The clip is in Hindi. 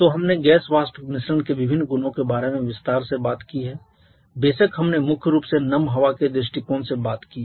तो हमने गैस वाष्प मिश्रण के विभिन्न गुणों के बारे में विस्तार से बात की है बेशक हमने मुख्य रूप से नम हवा के दृष्टिकोण से बात की है